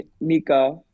Mika